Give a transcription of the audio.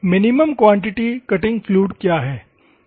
minimum quantity cutting fluid क्या है